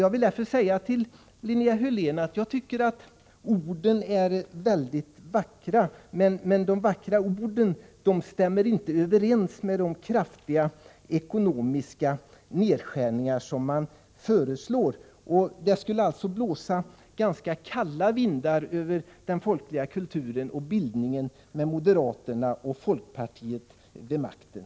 Jag vill därför till Linnea Hörlén säga att jag tycker att hennes ord är vackra, men de vackra orden stämmer inte överens med de kraftiga ekonomiska nedskärningar som hon föreslår. Det skulle alltså blåsa ganska kalla vindar över den folkliga kulturen och bildningen med moderaterna och folkpartiet vid makten.